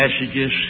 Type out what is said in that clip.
messages